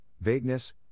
vagueness